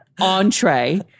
entree